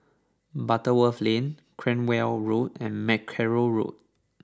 Butterworth Lane Cranwell Road and Mackerrow Road